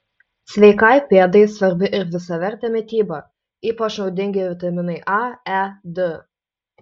sveikai pėdai svarbi ir visavertė mityba ypač naudingi vitaminai a e d